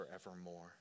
forevermore